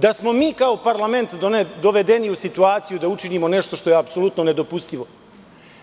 Da smo mi kao parlament dovedeni u situaciju da učinimo nešto što je apsolutno nedopustivo –